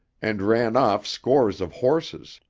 and ran off scores of horses.